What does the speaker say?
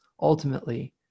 ultimately